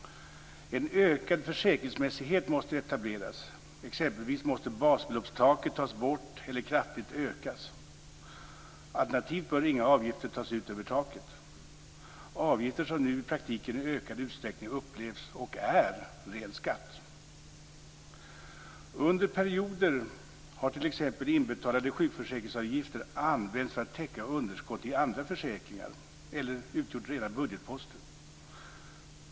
En ökad försäkringsmässighet måste etableras. Exempelvis måste basbeloppstaket tas bort eller kraftigt ökas. Alternativt bör inga avgifter tas ut över taket. Det är avgifter som nu i praktiken i ökad utsträckning upplevs som och är skatt. Under perioder har t.ex. inbetalade sjukförsäkringsavgifter använts för att täcka underskott i andra försäkringar eller utgjort rena budgetposter.